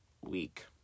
week